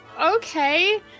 Okay